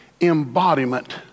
embodiment